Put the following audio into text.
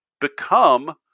become